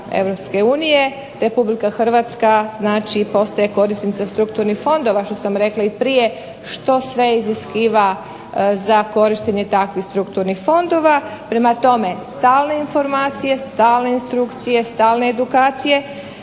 Europske unije, Republika Hrvatska znači postaje korisnica strukturnih fondova, što sam rekla i prije, što sve iziskiva za korištenje takvih strukturnih fondova. Prema tome stalne informacije, stalne instrukcije, stalne edukacije